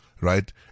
right